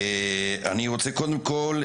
קודם כל,